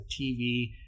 TV